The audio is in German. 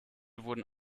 wurden